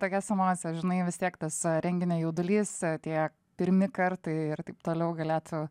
tokias emocijas žinai vis tiek tas renginio jaudulys tie pirmi kartai ir taip toliau galėtų